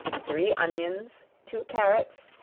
three onions, two carrots,